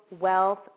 wealth